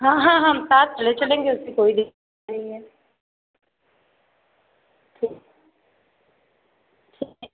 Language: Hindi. हाँ हाँ हम साथ चले चलेंगे उससे कोई दिक़्क़त नहीं है ठीक ठीक